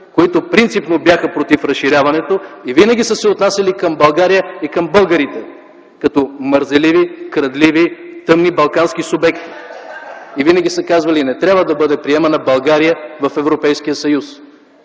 които принципно бяха против разширяването и винаги са се отнасяли към България и към българите като мързеливи, крадливи, тъмни балкански субекти и винаги са казвали: „Не трябва да бъде приемана България в Европейския съюз”.